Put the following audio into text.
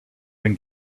been